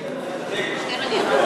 ההזדמנויות בעבודה (תיקון,